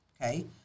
Okay